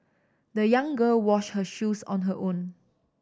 the young girl washed her shoes on her own